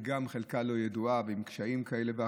חלקה לא ידועה,